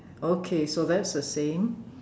okay so that's the same